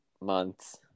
months